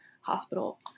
hospital